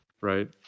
Right